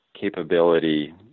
capability